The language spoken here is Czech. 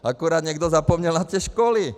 Akorát někdo zapomněl na školy.